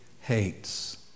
hates